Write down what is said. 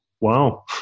wow